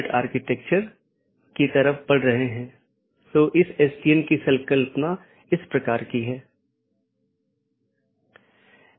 इसलिए हमारा मूल उद्देश्य यह है कि अगर किसी ऑटॉनमस सिस्टम का एक पैकेट किसी अन्य स्थान पर एक ऑटॉनमस सिस्टम से संवाद करना चाहता है तो यह कैसे रूट किया जाएगा